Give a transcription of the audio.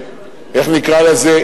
איך נקרא לזה,